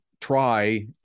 try